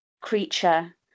creature